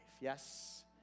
Yes